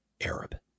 Arab